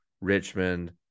Richmond